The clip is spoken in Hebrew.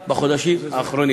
המציאות, זה מוסר השכל.